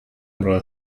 همراه